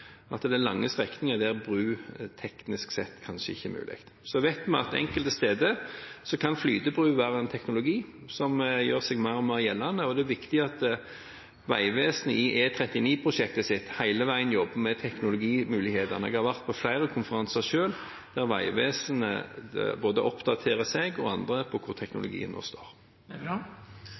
bru teknisk sett kanskje ikke er mulig. Enkelte steder kan flytebru være en teknologi som gjør seg mer og mer gjeldende. Det er viktig at Vegvesenet i E39-prosjektet hele veien jobber med teknologimuligheter. Jeg har selv vært på flere konferanser der Vegvesenet oppdaterer både seg og andre på hvor teknologien nå står.